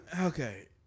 Okay